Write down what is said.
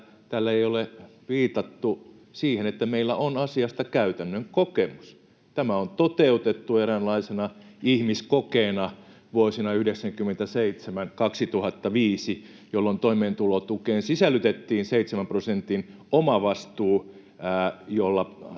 täällä ei ole viitattu siihen, että meillä on asiasta käytännön kokemus: Tämä on toteutettu eräänlaisena ihmiskokeena vuosina 1997—2005, jolloin toimeentulotukeen sisällytettiin seitsemän prosentin omavastuu, jolla